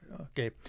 Okay